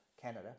Canada